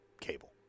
Cable